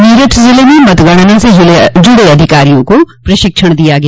मेरठ जिले में मतगणना से जुड़े अधिकारियों को प्रशिक्षण दिया गया